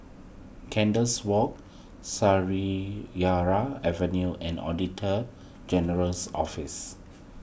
Kandis Walk Avenue and Auditor General's Office